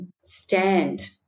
stand